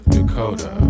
Dakota